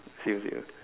same to you